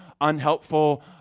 unhelpful